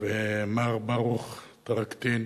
ומר ברוך טרקטין,